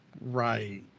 right